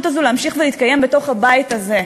לשחיתות הזו להמשיך ולהתקיים בתוך הבית הזה.